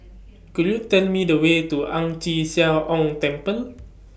Could YOU Tell Me The Way to Ang Chee Sia Ong Temple